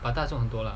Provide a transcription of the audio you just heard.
but 大众很多 lah